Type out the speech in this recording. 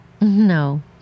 No